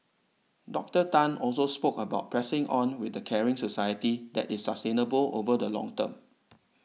Doctor Tan also spoke about pressing on with a caring society that is sustainable over the long term